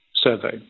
survey